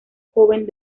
joven